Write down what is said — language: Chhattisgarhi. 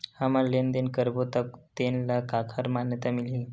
हमन लेन देन करबो त तेन ल काखर मान्यता मिलही?